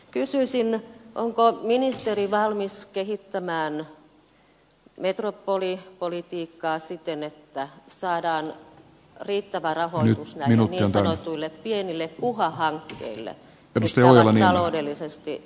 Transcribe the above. kysyisin onko ministeri valmis kehittämään metropolipolitiikkaa siten että saadaan riittävä rahoitus näille niin sanotuille pienille kuha hankkeille jotka ovat taloudellisesti